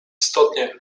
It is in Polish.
istotnie